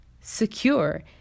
secure